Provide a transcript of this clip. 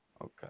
okay